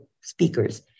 speakers